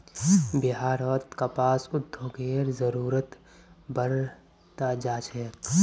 बिहारत कपास उद्योगेर जरूरत बढ़ त जा छेक